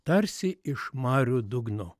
tarsi iš marių dugno